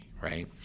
Right